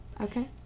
Okay